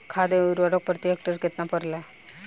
खाद व उर्वरक प्रति हेक्टेयर केतना परेला?